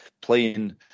playing